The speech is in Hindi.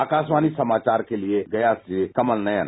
आकाशवाणी समाचार के लिए गया से कमल नयन